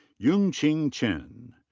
yung-ching chen.